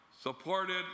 supported